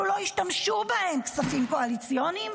עוד לא השתמשו בהם בכספים קואליציוניים.